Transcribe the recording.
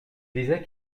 disait